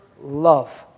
love